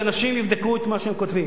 שאנשים יבדקו את מה שהם כותבים.